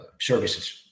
services